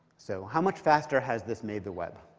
so how much factor has this made the web?